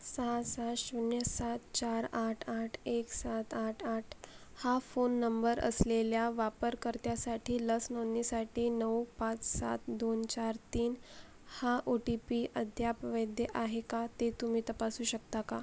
सहा सहा शून्य सात चार आठ आठ एक सात आठ आठ हा फोन नंबर असलेल्या वापरकर्त्यासाठी लस नोंदणीसाठी नऊ पाच सात दोन चार तीन हा ओ टी पी अद्याप वैध आहे का ते तुम्ही तपासू शकता का